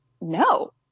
no